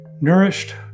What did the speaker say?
Nourished